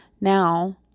Now